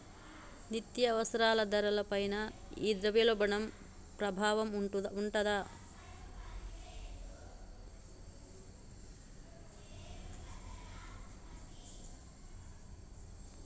నిత్యావసరాల ధరల పైన ఈ ద్రవ్యోల్బణం ప్రభావం ఉంటాది